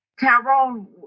Tyrone